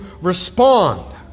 respond